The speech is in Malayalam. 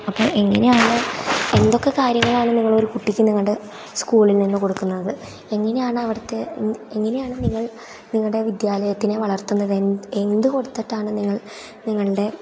അപ്പം എങ്ങനെയാണ് എന്തൊക്കെ കാര്യങ്ങളാണ് നിങ്ങൾ ഒരു കുട്ടിക്ക് നിങ്ങളുടെ സ്കൂളിൽ നിന്ന് കൊടുക്കുന്നത് എങ്ങനെയാണ് അവിടുത്തെ എങ്ങനെയാണ് നിങ്ങൾ നിങ്ങളുടെ വിദ്യാലയത്തിനെ വളർത്തുന്നത് എന്ത് കൊടുത്തിട്ടാണ് നിങ്ങൾ നിങ്ങളുടെ